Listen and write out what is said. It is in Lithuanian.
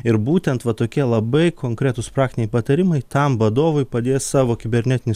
ir būtent va tokie labai konkretūs praktiniai patarimai tam vadovui padės savo kibernetinį